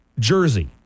jersey